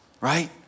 right